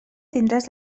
tindràs